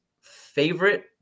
favorite